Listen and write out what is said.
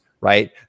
right